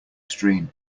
stream